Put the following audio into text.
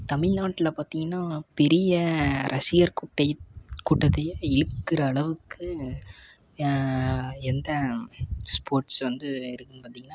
தமிழ்நாட்ல பார்த்திங்கன்னா பெரிய ரசிகர் கூட்டத் கூட்டத்தையே இழுக்கிற அளவுக்கு எந்த ஸ்போட்ஸ் வந்து இருக்குனு பார்த்திங்கன்னா